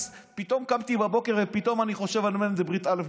פתאום קמתי בבוקר ופתאום אני חושב על מנדלבליט א',